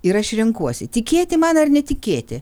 ir aš renkuosi tikėti man ar netikėti